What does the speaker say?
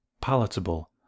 palatable